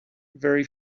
very